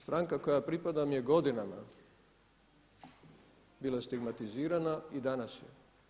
Stranka kojoj ja pripadam je godinama bila stigmatizirana i danas je.